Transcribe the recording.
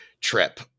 trip